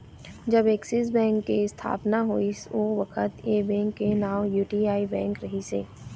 जब Axis bank के इस्थापना होइस ओ बखत ऐ बेंक के नांव यूटीआई बेंक रिहिस हे